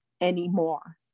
anymore